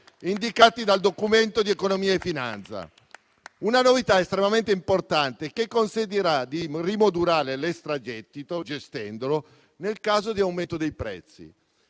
indicati dal Documento di economia e finanza. Una novità estremamente importante che consentirà di rimodulare l'extragettito, gestendolo, nel caso di aumento dei prezzi.